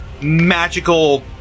magical